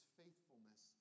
faithfulness